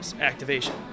activation